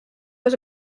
goes